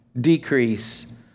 decrease